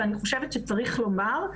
ואני חושבת שצריך לומר,